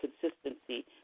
consistency